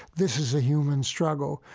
this is a human struggle,